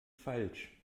falsch